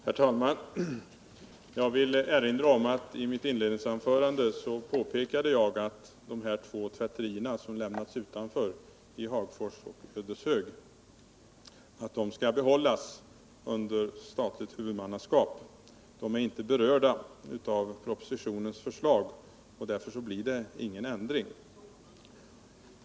Herr talman! Jag vill erinra om att jag i mitt inledningsanförande påpekade på de två tvätterier — i Hagfors och Ödeshög -, som lämnats utanför, skall behållas under statligt huvudmannaskap. De är inte berörda av propositionens förslag, och därför blir det ingen ändring.